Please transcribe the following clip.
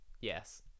Yes